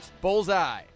Bullseye